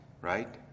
right